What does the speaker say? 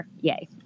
yay